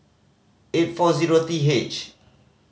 eight four zero T H